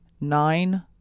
nine